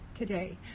Today